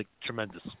tremendous